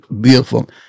Beautiful